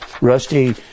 Rusty